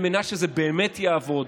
על מנת שזה באמת יעבוד,